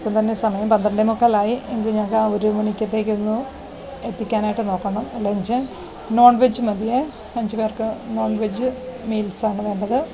ഇപ്പം തന്നെ സമയം പന്ത്രണ്ട് മുക്കാൽ ആയി എങ്കിലും ഞങ്ങൾക്ക് ഒരു മണിക്കത്തേക്കൊന്നു എത്തിക്കാനായിട്ടു നോക്കണം ലഞ്ച് നോൺ വെജ് മതിയേ അഞ്ച് പേർക്ക് നോൺ വെജ് മീൽസ് ആണ് വേണ്ടത്